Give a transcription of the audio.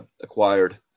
acquired